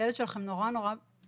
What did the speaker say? היום הילדים האלה הם